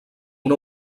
una